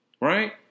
Right